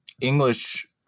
English